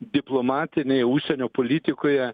diplomatinėj užsienio politikoje